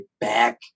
back